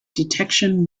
detection